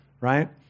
right